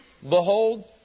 behold